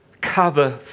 cover